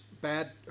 bad